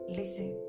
listen